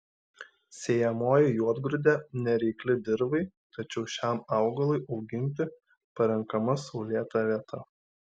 sėjamoji juodgrūdė nereikli dirvai tačiau šiam augalui auginti parenkama saulėta vieta